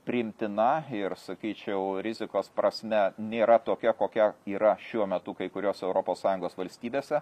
priimtina ir sakyčiau rizikos prasme nėra tokia kokia yra šiuo metu kai kurios europos sąjungos valstybėse